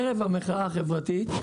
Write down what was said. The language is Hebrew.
ערב המחאה החברתית,